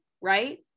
right